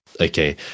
okay